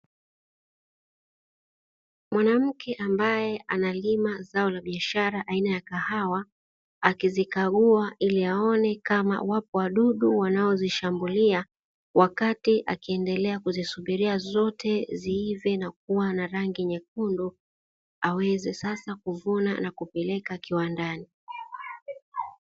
Mwanamke ambaye analima zao la biashara aina ya kahawa, akizikagua ili aone kama wapo wadudu wanaozishambulia, wakati akiendelea kuzisubiria zote ziive na kuwa na rangi nyekundu, aweze sasa kuvuna na kupeleka kiwandani.